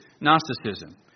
Gnosticism